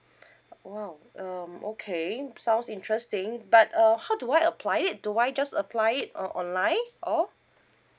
!wow! um okay sounds interesting but uh how do I apply it do I just apply it or online or